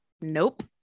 nope